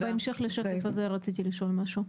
בדיוק בהמשך לשקף הזה, רציתי לשאול משהו.